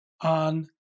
on